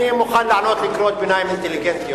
אני מוכן לענות על קריאות ביניים אינטליגנטיות,